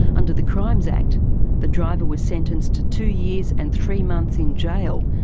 under the crimes act the driver was sentenced two years and three months in jail,